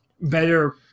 better